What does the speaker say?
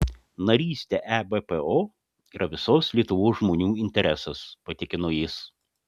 narystė ebpo yra visos lietuvos žmonių interesas patikino jis